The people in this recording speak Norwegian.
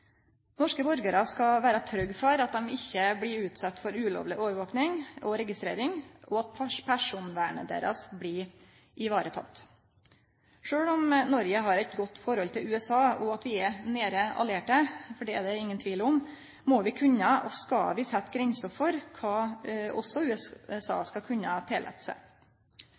Norske borgarar skal vere trygge for at dei ikkje blir utsette for ulovleg overvaking og registrering, og at personvernet deira blir vareteke. Sjølv om Noreg har eit godt forhold til USA, og at vi er nære allierte, for det er det ingen tvil om, må vi kunne – og vi skal – setje grenser også for kva